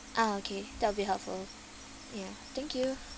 ah okay that'll be helpful ya thank you